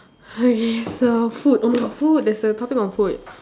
!hais! it's err food oh my god food there's a topic on food